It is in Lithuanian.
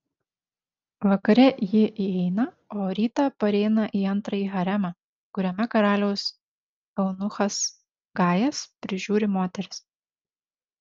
vakare ji įeina o rytą pareina į antrąjį haremą kuriame karaliaus eunuchas gajas prižiūri moteris